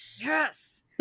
yes